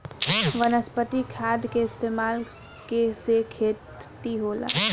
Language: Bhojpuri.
वनस्पतिक खाद के इस्तमाल के से खेती होता